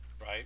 Right